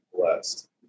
blessed